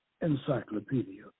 encyclopedia